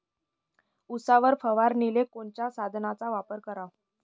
उसावर फवारनीले कोनच्या साधनाचा वापर कराव?